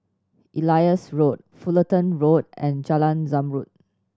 Elias Road Fullerton Road and Jalan Zamrud